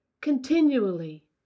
continually